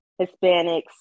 hispanics